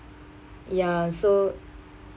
ya so